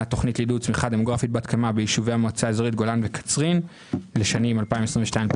תכנית לעידוד הצמיחה ביישובי המועצה האזורית גולן וקצרין בשנים 2022-2025,